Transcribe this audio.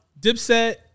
Dipset